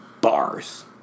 bars